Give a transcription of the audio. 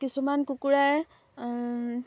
কিছুমান কুকুৰা